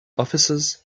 officers